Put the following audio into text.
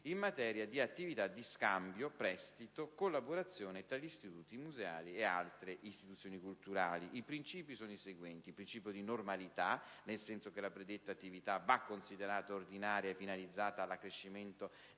in materia di attività di scambio, prestito e collaborazione tra istituti museali e altre istituzioni culturali: il principio di normalità, nel senso che la predetta attività va considerata ordinaria e finalizzata all'accrescimento della